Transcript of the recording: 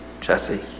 Jesse